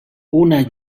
olor